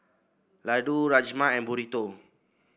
Ladoo Rajma and Burrito